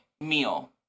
meal